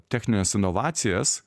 technines inovacijas